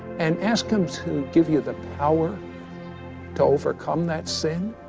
and ask him to give you the power to overcome that sin